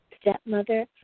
stepmother